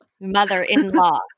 mother-in-law